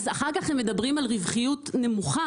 אז אחר כך הם מדברים על רווחיות נמוכה?